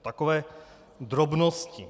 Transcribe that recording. Takové drobnosti.